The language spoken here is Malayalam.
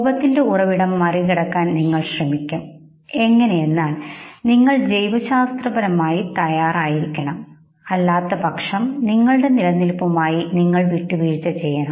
കോപത്തിന്റെ ഉറവിടം മറികടക്കാൻ നിങ്ങൾ ശ്രമിക്കും എങ്ങനെ എന്നാൽ നിങ്ങൾ ജൈവശാസ്ത്രപരമായി തയ്യാറായിരിക്കണം അല്ലാത്തപക്ഷം നിങ്ങളുടെ നിലനിൽപ്പുമായി നിങ്ങൾ വിട്ടുവീഴ്ച ചെയ്യണം